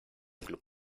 club